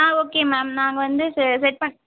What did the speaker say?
ஆ okay ma'am நான் அங்கே வந்து செட் பண்ணி